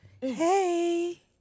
hey